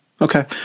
Okay